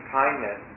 kindness